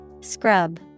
Scrub